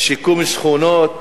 שיקום שכונות,